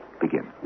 begin